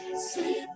sleep